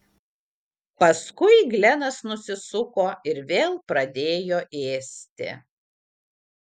paskui glenas nusisuko ir vėl pradėjo ėsti